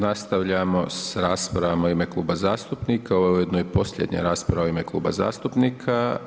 Nastavljamo s raspravama u ime kluba zastupnika, ovo je ujedno i posljednja rasprava u ime kluba zastupnika.